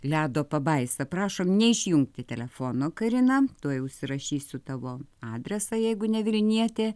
ledo pabaisa prašom neišjungti telefono karina tuoj užsirašysiu tavo adresą jeigu ne vilnietė